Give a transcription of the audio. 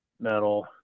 metal